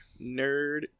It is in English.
Nerd